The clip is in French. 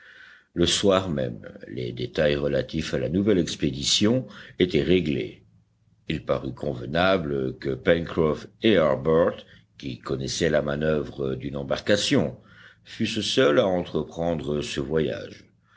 le soir même les détails relatifs à la nouvelle expédition étaient réglés il parut convenable que pencroff et harbert qui connaissaient la manoeuvre d'une embarcation fussent seuls à entreprendre ce voyage